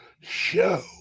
show